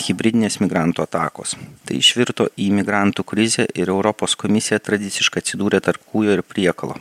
hibridinės migrantų atakos tai išvirto į migrantų krizę ir europos komisija tradiciškai atsidūrė tarp kūjo ir priekalo